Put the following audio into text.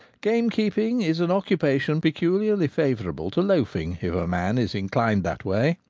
gamekeeping is an occupation peculiarly favour able to loafing if a man is inclined that way.